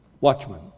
Watchmen